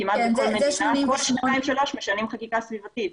זה 88'. כמעט בכול מדינה כול שנתיים שלוש משנים חקיקה סביבתית.